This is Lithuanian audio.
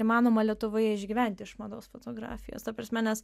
įmanoma lietuvoje išgyventi iš mados fotografijos ta prasme nes